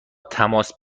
تماس